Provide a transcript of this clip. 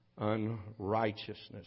unrighteousness